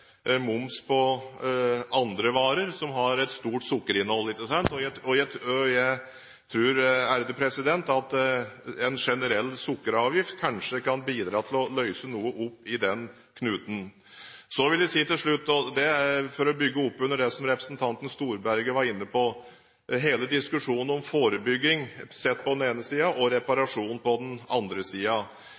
moms på andre varer som har et stort sukkerinnhold. Jeg tror at en generell sukkeravgift kanskje kan bidra til å løse noe opp i den knuten. For å bygge opp under det som representanten Storberget var inne på, hele diskusjonen om forebygging på den ene siden og reparasjon på den andre